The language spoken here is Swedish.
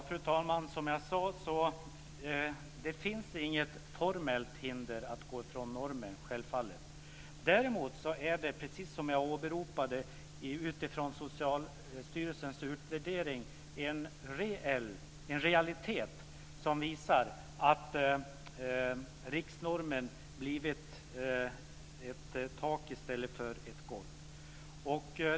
Fru talman! Som jag sade finns det självfallet inget formellt hinder att gå ifrån normen. Däremot visar Socialstyrelsens utvärdering, precis som jag åberopade, att riksnormen i realiteten blivit ett tak i stället för ett golv.